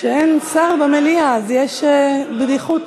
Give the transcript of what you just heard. כשאין שר במליאה אז יש בדיחותא.